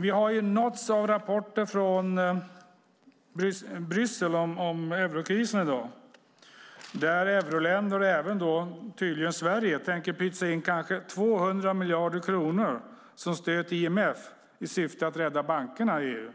Vi har nåtts av rapporter från Bryssel om eurokrisen i dag, där euroländer och tydligen även Sverige tänker pytsa in kanske 200 miljarder kronor som stöd till IMF i syfte att rädda bankerna i EU.